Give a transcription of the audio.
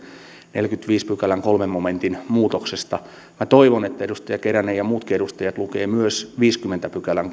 neljännenkymmenennenviidennen pykälän kolmannen momentin muutoksesta minä toivon että edustaja keränen ja muutkin edustajat lukevat myös viidennenkymmenennen pykälän